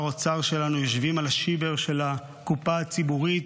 האוצר שלנו יושבים על השיבר של הקופה הציבורית,